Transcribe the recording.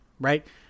right